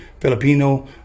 filipino